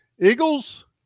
Eagles